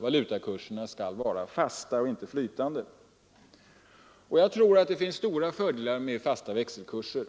valutakurserna skall vara fasta och inte flytande. Jag tror att det finns stora fördelar med fasta växelkurser.